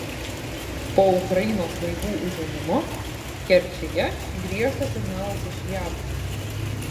po ukrainos laivų užėmimo kerčėje griežtas signalas iš jav